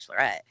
bachelorette